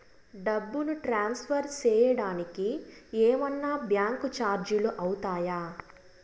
డబ్బును ట్రాన్స్ఫర్ సేయడానికి ఏమన్నా బ్యాంకు చార్జీలు అవుతాయా?